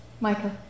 Michael